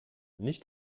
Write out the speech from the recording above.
nicht